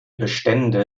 bestände